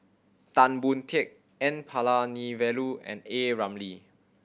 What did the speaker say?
Tan Boon Teik N Palanivelu and A Ramli